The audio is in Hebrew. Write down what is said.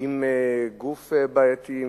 עם גוף בעייתי,